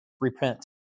Repent